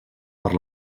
per